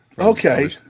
Okay